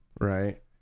right